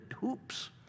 hoops